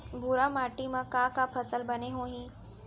भूरा माटी मा का का फसल बने होही?